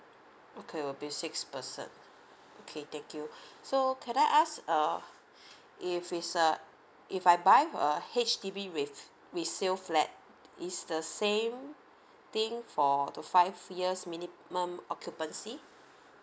okay will be six person okay thank you so can I ask um if it's uh if I buy a H_D_B with resale flat is the same thing for the five years minimum occupancy